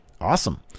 Awesome